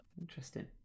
Interesting